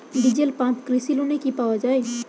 Diesel pump কৃষি লোনে কি পাওয়া য়ায়?